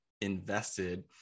invested